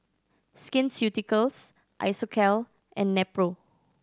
Skin Ceuticals Isocal and Nepro